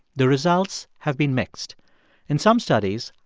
the results have been mixed in some studies,